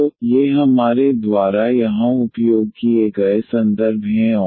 तो ये हमारे द्वारा यहां उपयोग किए गए संदर्भ हैं और